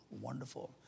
wonderful